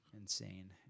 insane